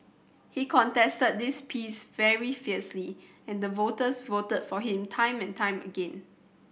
he contested this piece very fiercely and the voters voted for him time and time again